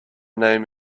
name